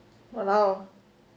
!walao!